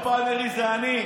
אתם קולטים?